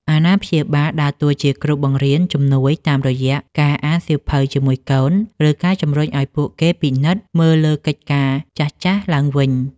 អាណាព្យាបាលដើរតួជាគ្រូបង្រៀនជំនួយតាមរយៈការអានសៀវភៅជាមួយកូន ឬការជំរុញឱ្យពួកគេពិនិត្យមើលកិច្ចការចាស់ៗឡើងវិញ។